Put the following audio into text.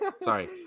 sorry